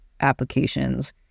applications